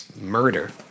murder